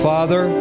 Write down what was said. Father